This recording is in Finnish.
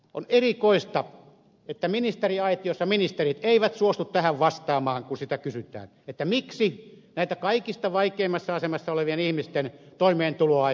on erikoista että ministeriaitiossa ministerit eivät suostu tähän vastaamaan kun sitä kysytään miksi näiden kaikista vaikeimmassa asemassa olevien ihmisten toimeentuloa ei helpoteta